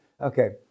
Okay